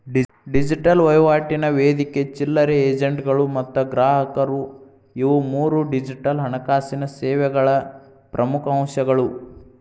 digital ವಹಿವಾಟಿನ ವೇದಿಕೆ ಚಿಲ್ಲರೆ ಏಜೆಂಟ್ಗಳು ಮತ್ತ ಗ್ರಾಹಕರು ಇವು ಮೂರೂ ಡಿಜಿಟಲ್ ಹಣಕಾಸಿನ್ ಸೇವೆಗಳ ಪ್ರಮುಖ್ ಅಂಶಗಳು